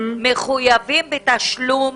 מחויבים בתשלום